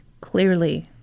Clearly